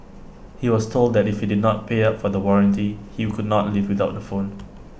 he was told that if he did not pay up for the warranty he'll could not leave without the phone